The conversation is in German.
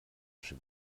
asche